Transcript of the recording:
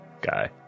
guy